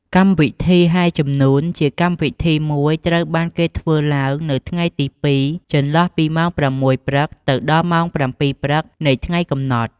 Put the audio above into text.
កម្មវិធីហែជំនួន ជាកម្មវិធីមួយត្រូវបានគេធ្វើឡើងនៅថ្ងៃទី២ចន្លោះពីម៉ោង៦ព្រឹក ទៅដល់ម៉ោង៧ព្រឹកនៃថ្ងៃកំណត់។